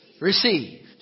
received